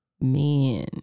men